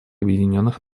объединенных